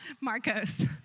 Marcos